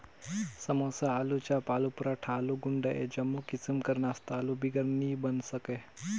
समोसा, आलूचाप, आलू पराठा, आलू गुंडा ए जम्मो किसिम कर नास्ता आलू बिगर नी बइन सके